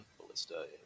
ballista